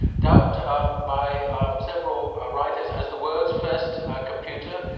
dubbed by several writers as the world's first computer.